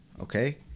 okay